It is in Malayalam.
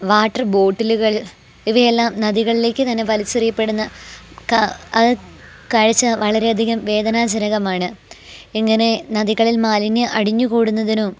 വാട്ടർ ബോട്ടിലുകൾ ഇവയെല്ലാം നദികളിലേക്ക് തന്നെ വലിച്ചെറിയപ്പെടുന്ന കാഴ്ച്ച വളരെയധികം വേദനാജനകമാണ് ഇങ്ങനെ നദികളിൽ മാലിന്യം അടിഞ്ഞു കൂടുന്നതും